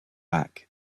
back